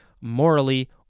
morally